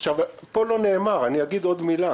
אני הייתי שם.